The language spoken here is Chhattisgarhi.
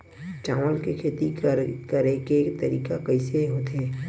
चावल के खेती करेके तरीका कइसे होथे?